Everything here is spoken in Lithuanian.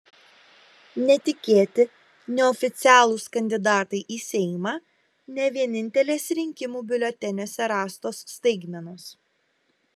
netikėti neoficialūs kandidatai į seimą ne vienintelės rinkimų biuleteniuose rastos staigmenos